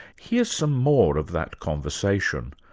here's some more of that conversation,